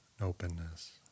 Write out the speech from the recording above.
openness